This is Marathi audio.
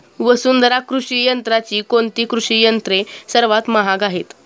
वसुंधरा कृषी यंत्राची कोणती कृषी यंत्रे सर्वात महाग आहेत?